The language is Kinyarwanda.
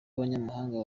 abanyamahanga